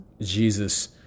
Jesus